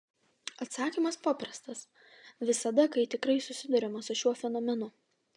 atsakymas paprastas visada kai tikrai susiduriama su šiuo fenomenu